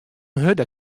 hurde